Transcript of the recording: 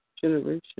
generation